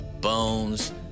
bones